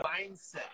mindset